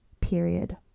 period